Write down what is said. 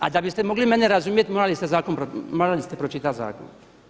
A da biste mogli mene razumjeti morali ste pročitati zakon.